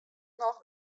noch